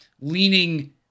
leaning